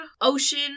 ocean